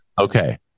Okay